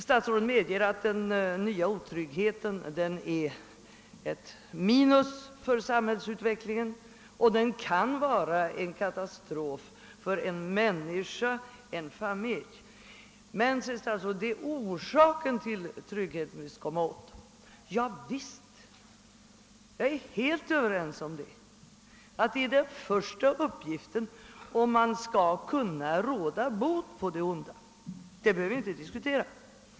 Statsrådet Johansson medger att den nya otryggheten är ett minus för samhällsutvecklingen och kan vara en katastrof för en människa och en familj. Men, säger statsrådet, det är orsaken till otryggheten vi skall komma åt. Ja visst, jag är helt överens med statsrådet om det; det är den första uppgiften om vi skall kunna råda bot på det onda, det behöver vi inte diskutera.